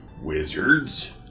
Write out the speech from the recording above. wizards